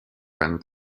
and